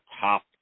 top